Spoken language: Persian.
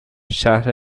شهر